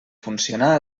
funcionar